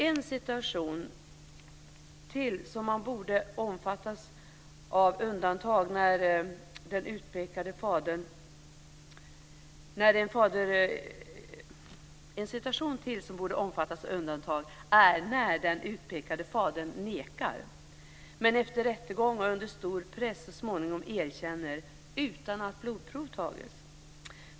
En situation som bör omfattas av undantag är när den utpekade fadern nekar till faderskap men efter rättegång och under stor press så småningom erkänner utan att blodprov tagits.